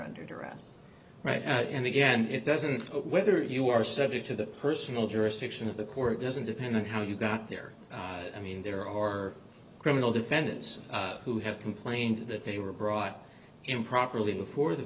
under duress and again it doesn't whether you are subject to the personal jurisdiction of the court doesn't depend on how you got there i mean there are criminal defendants who have complained that they were brought improperly before the